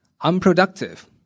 unproductive